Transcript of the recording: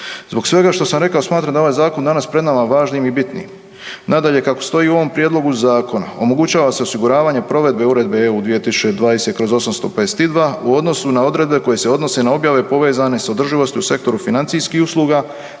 Zbog svega šta sam rekao smatram da ovaj zakon danas pred nama važnim i bitnim. Nadalje, kako stoji u ovom Prijedlogu zakona, omogućava se osiguravanje provedbe Uredbe (EU) 2020/852 u odnosu na odredbe koje se odnose na objave povezane s održivosti u sektoru financijskih usluga